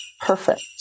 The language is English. perfect